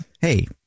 Hey